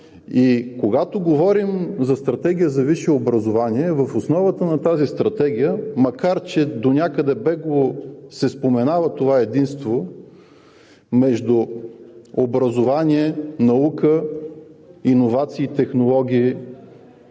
когато говорим за Стратегия за висше образование, в основата на тази стратегия, макар че донякъде бегло се споменава това единство между образование, наука, иновации, технологии,